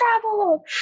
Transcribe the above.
travel